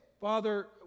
Father